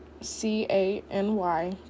C-A-N-Y